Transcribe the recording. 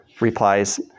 replies